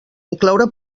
incloure